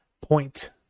point